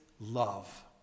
love